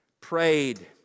prayed